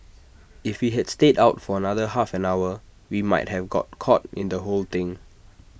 if we had stayed out for another half an hour we might have got caught in the whole thing